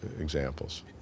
examples